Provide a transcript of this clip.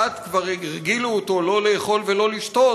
כמעט הרגילו אותו לא לאכול ולא לשתות,